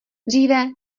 dříve